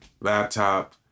laptop